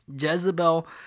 Jezebel